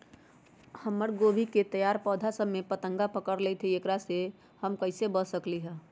हमर गोभी के तैयार पौधा सब में फतंगा पकड़ लेई थई एकरा से हम कईसे बच सकली है?